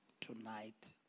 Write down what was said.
tonight